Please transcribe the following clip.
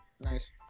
Nice